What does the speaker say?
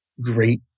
great